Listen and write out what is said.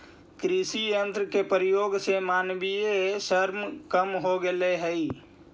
कृषि यन्त्र के प्रयोग से मानवीय श्रम कम हो गेल हई